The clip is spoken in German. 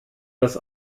dass